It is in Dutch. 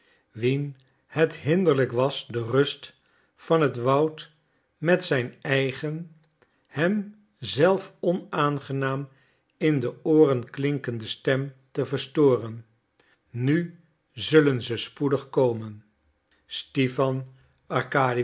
wien het hinderlijk was de rust van het woud met zijn eigen hem zelf onaangenaam in de ooren klinkende stem te verstoren nu zullen ze spoedig komen stipan